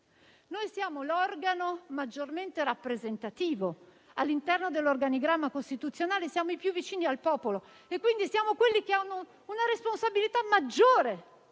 Noi siamo l'organo maggiormente rappresentativo. All'interno dell'organigramma costituzionale siamo i più vicini al popolo, e quindi siamo coloro che hanno una responsabilità maggiore